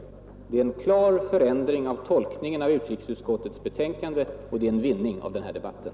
Detta är en klar förändring i tolkningen av utrikesutskottets betänkande, och det är en vinning av den här debatten.